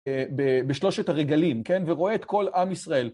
בשלושת הרגלים, כן? ורואה את כל עם ישראל.